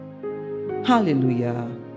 Hallelujah